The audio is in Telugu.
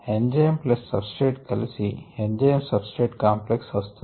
ఎంజైమ్ ప్లస్ సబ్స్ట్రేట్ కలిసి ఎంజైమ్ సబ్స్ట్రేట్ కాంప్లెక్స్ వస్తుంది